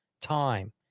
time